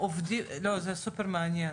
זה סופר מעניין,